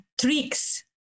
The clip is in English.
tricks